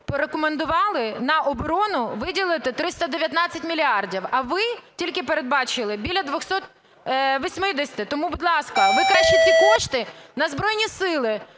порекомендували на оборону виділити 319 мільярдів, а ви тільки передбачили біля 280. Тому, будь ласка, ви краще ці кошти на Збройні Сили